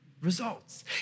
results